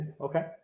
okay